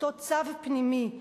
אותו צו פנימי,